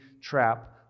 trap